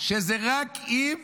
שזה רק אם